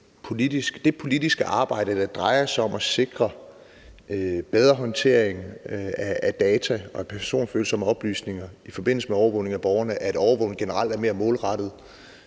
det politiske arbejde, der drejer sig om at sikre bedre håndtering af data og personfølsomme oplysninger i forbindelse med overvågning af borgerne, at sikre, at overvågning generelt er mere målrettet